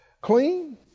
Clean